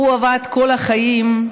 הוא עבד כל החיים,